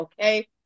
Okay